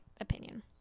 opinion